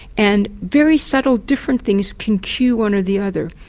and very subtle different things can cue one or the other,